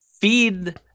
feed